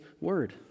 word